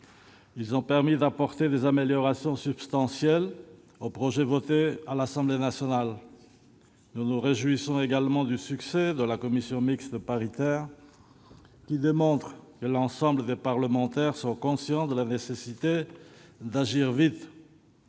Ils ont permis d'apporter des améliorations substantielles au projet de loi adopté par l'Assemblée nationale. Nous nous réjouissons également du succès de la commission mixte paritaire, qui démontre que l'ensemble des parlementaires sont conscients de la nécessité d'agir vite.